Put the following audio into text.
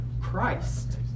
Christ